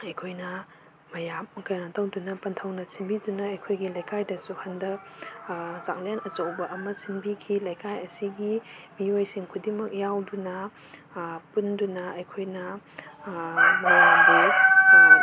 ꯑꯩꯈꯣꯏꯅ ꯃꯌꯥꯝ ꯀꯩꯅꯣ ꯇꯧꯗꯨꯅ ꯄꯟꯊꯧꯅ ꯁꯤꯟꯕꯤꯗꯨꯅ ꯑꯩꯈꯣꯏꯒꯤ ꯂꯩꯀꯥꯏꯗꯁꯨ ꯍꯟꯗꯛ ꯆꯥꯛꯂꯦꯟ ꯑꯆꯧꯕ ꯑꯃ ꯁꯤꯟꯕꯤꯈꯤ ꯂꯩꯀꯥꯏ ꯑꯁꯤꯒꯤ ꯃꯤꯑꯣꯏꯁꯤꯡ ꯈꯨꯗꯤꯡꯃꯛ ꯌꯥꯎꯗꯨꯅ ꯄꯨꯟꯗꯨꯅ ꯑꯩꯈꯣꯏꯅ ꯃꯌꯥꯝꯕꯨ